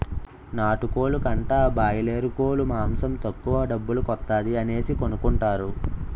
నాటుకోలు కంటా బాయలేరుకోలు మాసం తక్కువ డబ్బుల కొత్తాది అనేసి కొనుకుంటారు